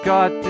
God